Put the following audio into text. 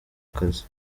akazi